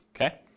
okay